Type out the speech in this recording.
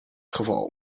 geval